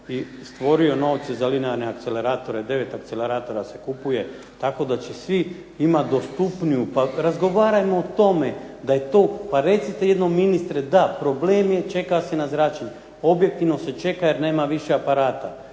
i stvorio novce za linearne akceleratore, 9 akceleratora se kupuje tako da će svi imati dostupniju… Pa razgovarajmo o tome da je to, recimo jednom ministre da problem je, čeka se na zračenje. Objektivno se čeka jer nema više aparata,